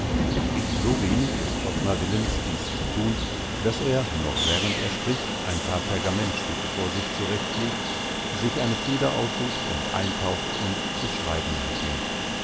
so wenig ist ottmar willens dies zu tun daß er noch während er spricht ein paar pergamentstücke vor sich zurecht legt sich eine feder aussucht und eintaucht und zu schreiben anfängt